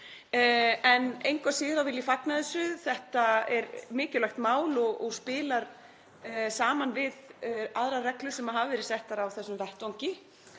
En engu að síður vil ég fagna þessu. Þetta er mikilvægt mál og spilar saman við aðrar reglur sem hafa verið settar á þessum vettvangi.